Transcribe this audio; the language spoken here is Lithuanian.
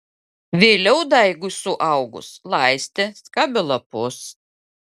vėliau daigui suaugus laistė skabė lapus